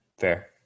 fair